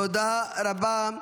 תודה רבה.